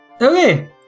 Okay